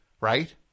right